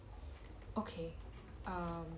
okay um